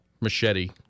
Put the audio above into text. machete